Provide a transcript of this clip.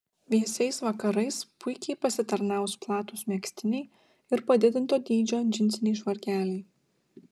vėsiais vakarais puikiai pasitarnaus platūs megztiniai ir padidinto dydžio džinsiniai švarkeliai